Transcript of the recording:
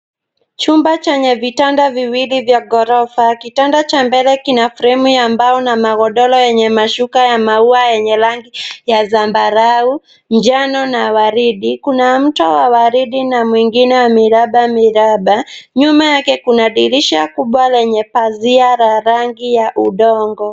Chumba chenye vitanda viwili vya ghorofa. Kitanda cha mbele kina fremu ya mbao na magodoro yenye mashuka ya maua yenye rangi ya zambarau, njano na waridi. Kuna mto wa waridi na mwingine wa miraba miraba. Nyuma yake kuna dirisha kubwa lenye pazia la rangi ya udongo.